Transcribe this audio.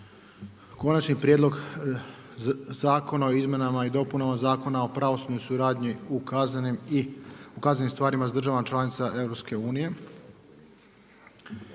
Konačni prijedlog zakona o izmjenama i dopunama Zakona o pravosudnoj suradnji u kaznenim stvarima s državama članica EU.